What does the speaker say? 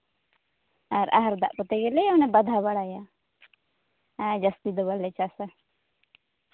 ᱟᱨ ᱟᱦᱟᱨ ᱫᱟᱜ ᱠᱚᱛᱮ ᱜᱮᱞᱮ ᱵᱟᱫᱷᱟ ᱵᱟᱲᱟᱭᱟ ᱟᱨ ᱡᱟᱹᱥᱛᱤ ᱫᱚ ᱵᱟᱞᱮ ᱪᱟᱥᱼᱟ